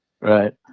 Right